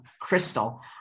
Crystal